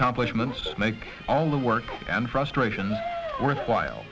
accomplishments make all the work and frustration worthwhile